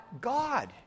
God